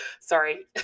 sorry